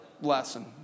lesson